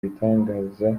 ibitangaza